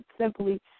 simply